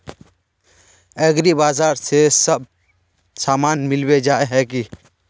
एग्रीबाजार में सब सामान मिलबे जाय है की?